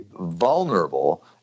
vulnerable